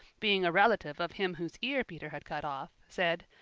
being a relative of him whose ear peter had cut off, said,